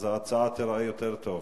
אז ההצעה תיראה יותר טוב.